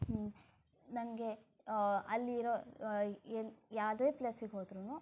ನನಗೆ ಅಲ್ಲಿ ಇರೋ ಎಲ್ಲಿ ಯಾವುದೇ ಪ್ಲೇಸಿಗೆ ಹೋದ್ರೂ